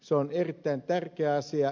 se on erittäin tärkeä asia